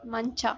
ಮಂಚ